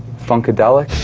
funkadelic?